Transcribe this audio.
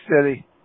city